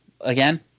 again